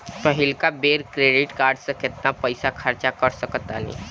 पहिलका बेर credit card से केतना पईसा खर्चा कर सकत बानी?